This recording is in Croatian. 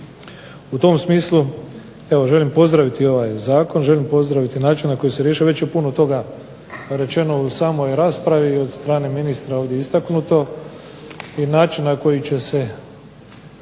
U tom smislu evo želim pozdraviti ovaj zakon, želim pozdraviti način na koji se rješava. Već je puno toga rečeno u samoj raspravi i od strane ministra ovdje istaknuto i način na koji će se